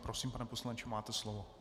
Prosím, pane poslanče, máte slovo.